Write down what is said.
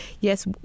yes